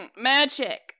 Magic